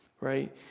right